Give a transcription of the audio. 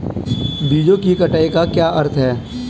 बीजों की कटाई का क्या अर्थ है?